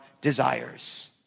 desires